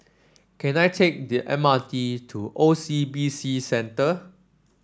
can I take the M R T to O C B C Centre